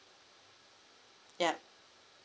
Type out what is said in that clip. ya